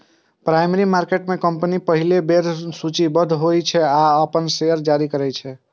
primary market में company पहिल बेर सूचीबद्ध होइ छै आ अपन शेयर जारी करै छै